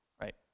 right